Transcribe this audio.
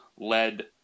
led